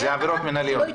אלה עבירות מנהליות.